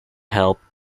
helped